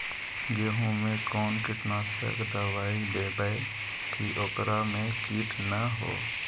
गेहूं में कोन कीटनाशक दबाइ देबै कि ओकरा मे किट न हो?